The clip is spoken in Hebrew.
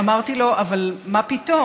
אמרתי לו: מה פתאום.